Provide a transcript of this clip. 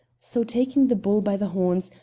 so, taking the bull by the horns,